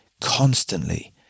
constantly